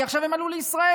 כי עכשיו הם עלו לישראל,